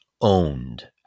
owned